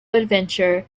adventure